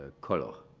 ah color.